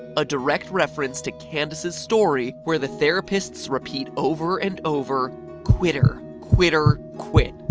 a direct reference to candace's story, where the therapists repeat over and over quitter, quitter, quit!